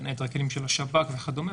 בין היתר הכלים של השב"כ וכדומה,